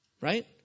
right